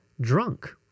drunk